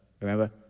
Remember